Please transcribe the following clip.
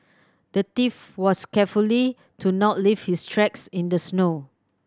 the thief was carefully to not leave his tracks in the snow